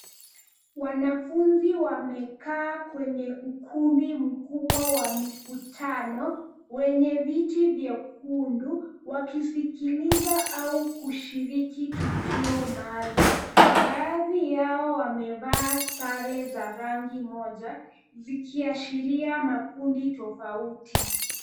Wanafunzi wamekaa kwenye ukumbi mkubwa wa mikutano wenye viti vyekundu wakisikiliza au kushiriki tukio maalum. Baadh yao wamevaa sare za rangi moja zikiashiria makundi tofauti.